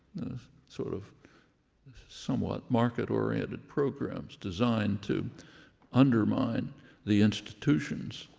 the sort of somewhat market-oriented programs designed to undermine the institutions,